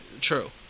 True